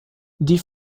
die